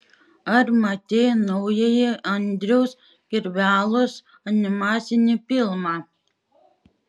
ar matei naująjį andriaus kirvelos animacinį filmą